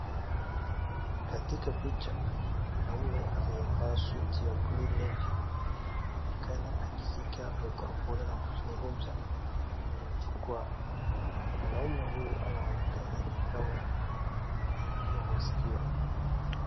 Katika picha kuna mwanaume aliyevaa suti ya blue navy anaonekana akishika mikrofoni na kuzungumza kwenye jukwaa mwanaume huyu anaonekana ni kama ni daktari wa maskio.